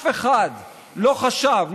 אף אחד לא חשב,